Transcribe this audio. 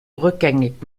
rückgängig